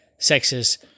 sexist